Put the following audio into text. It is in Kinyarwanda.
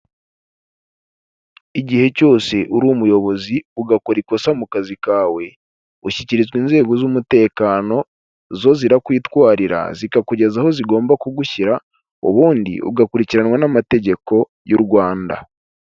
Igihe cyose uri umuyobozi ugakora ikosa mu kazi kawe, ushyikirizwa inzego z'umutekano, zo zirakwitwarira zikakugeza aho zigomba kugushyira ubundi ugakurikiranwa n'amategeko y'u Rwanda.